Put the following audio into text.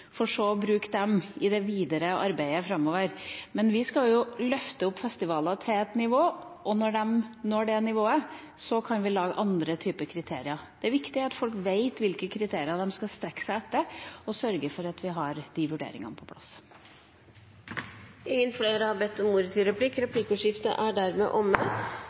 for så å bruke dem i det videre arbeidet framover. Men vi skal løfte opp festivaler til et nivå, og når de når det nivået, kan vi lage andre kriterier. Det er viktig at folk vet hvilke kriterier de skal strekke seg etter, så vi må sørge for å ha de vurderingene på